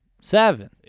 Seven